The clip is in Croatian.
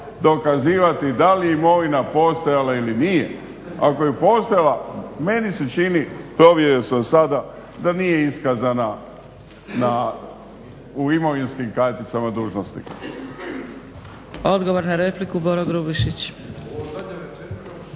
dokazivati da li je imovina postojala ili nije. Ako je postojala meni se čini provjerio sam sada da nije iskazana u imovinskim karticama dužnosnika.